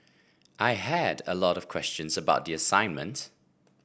I had a lot of questions about the assignment